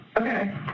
Okay